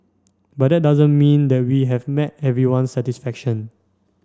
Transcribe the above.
but that doesn't mean that we have met everyone's satisfaction